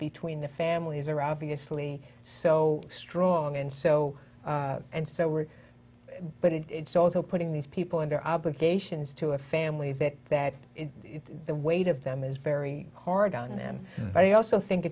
between the families are obviously so strong and so and so were but it's also putting these people under obligations to a family that that the weight of them is very hard on them i also think